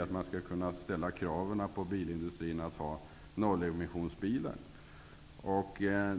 att man skall kunna kräva av bilindustrin att den producerar nollemissionsbilar år 2007.